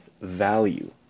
value